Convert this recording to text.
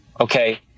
okay